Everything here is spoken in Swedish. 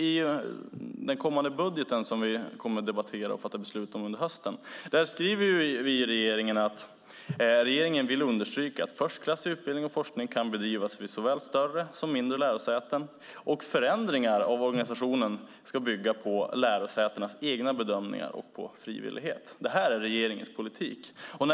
I den kommande budgeten, som vi kommer att debattera och fatta beslut om under hösten, skriver regeringen att regeringen vill understryka att förstklassig utbildning och forskning kan bedrivas vid såväl större som mindre lärosäten. Och förändringar av organisationen ska bygga på lärosätenas egna bedömningar och på frivillighet. Det här är regeringens politik.